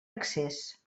excés